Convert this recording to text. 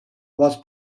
was